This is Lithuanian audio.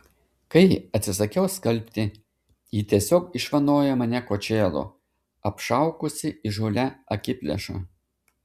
kai atsisakiau skalbti ji tiesiog išvanojo mane kočėlu apšaukusi įžūlia akiplėša